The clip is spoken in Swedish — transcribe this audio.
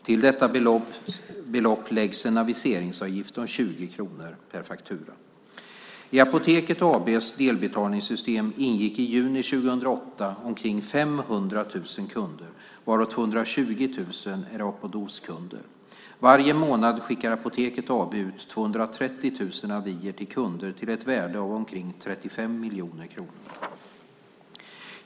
Till detta belopp läggs en aviseringsavgift om 20 kronor per faktura. I Apoteket AB:s delbetalningssystem ingick i juni 2008 omkring 500 000 kunder, varav 220 000 är Apodoskunder. Varje månad skickar Apoteket AB ut 230 000 avier till kunder till ett värde av omkring 35 miljoner kronor.